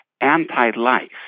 anti-life